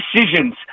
decisions